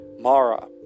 Mara